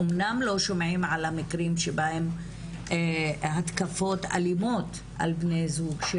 אמנם לא שומעים על מקרים שבהם התקפות אלימות על בני זוג,